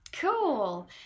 Cool